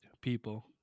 people